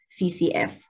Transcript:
CCF